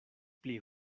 pli